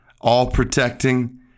all-protecting